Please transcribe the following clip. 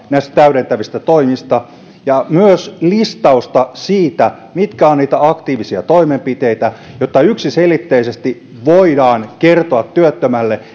näistä täydentävistä toimista joista ministeri mattila vastaa ja myös listausta siitä mitkä ovat niitä aktiivisia toimenpiteitä jotta yksiselitteisesti voidaan kertoa työttömälle